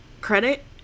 credit